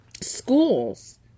schools